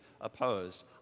opposed